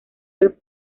del